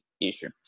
issue